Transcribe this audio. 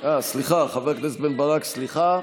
סליחה חבר הכנסת בן ברק, סליחה,